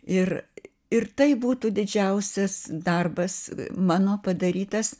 ir ir tai būtų didžiausias darbas mano padarytas